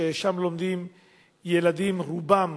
שבו לומדים ילדים שרובם